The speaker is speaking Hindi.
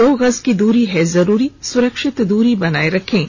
दो गज की दूरी है जरूरी सुरक्षित दूरी बनाए रखें